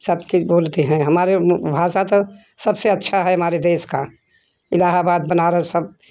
सबके बोलते हैं हमारे भाषा तो सबसे अच्छा हैं हमरे देश का इलाहाबाद बनारस सब